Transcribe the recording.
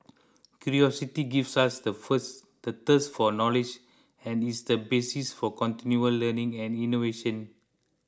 curiosity gives us the first the thirst for knowledge and is the basis for continual learning and innovation